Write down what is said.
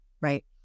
Right